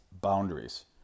boundaries